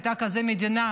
הייתה כזאת מדינה.